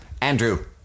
Andrew